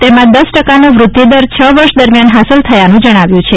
તેમાં દસ ટકાનો વૃદ્ધિ દર છ વર્ષ દરમિયાન હાંસલ થયાનું જજ્ઞાવ્યું છે